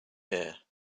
here